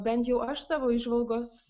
bent jau aš savo įžvalgos